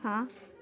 ਹਾਂ